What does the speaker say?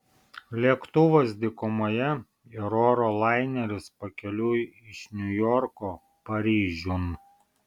lėktuvas dykumoje ir oro laineris pakeliui iš niujorko paryžiun